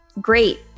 great